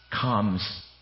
comes